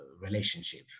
relationship